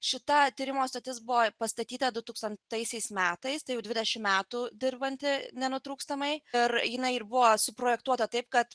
šita tyrimo stotis buvo pastatyta du tūkstantaisiais metais tai jau dvidešim metų dirbanti nenutrūkstamai ir jinai ir buvo suprojektuota taip kad